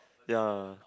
ya